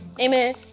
Amen